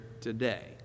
today